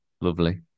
Lovely